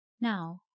Now